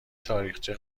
تاریخچه